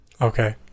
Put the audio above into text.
Okay